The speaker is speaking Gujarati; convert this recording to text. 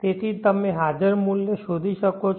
તેથી તમે હાજર મૂલ્ય શોધી શકો છો